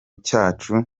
cyacu